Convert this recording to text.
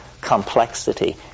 complexity